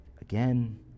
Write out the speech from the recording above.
again